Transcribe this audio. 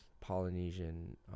Polynesian